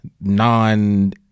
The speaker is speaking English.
Non